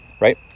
right